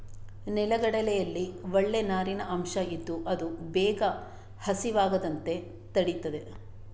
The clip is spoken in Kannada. ನೆಲಗಡಲೆಯಲ್ಲಿ ಒಳ್ಳೇ ನಾರಿನ ಅಂಶ ಇದ್ದು ಅದು ಬೇಗ ಹಸಿವಾಗದಂತೆ ತಡೀತದೆ